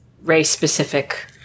race-specific